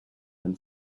and